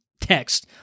text